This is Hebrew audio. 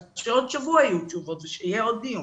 אז שעוד שבוע יהיו תשובות ושיהיה עוד דיון.